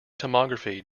tomography